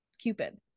Cupid